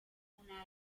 una